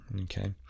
Okay